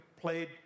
played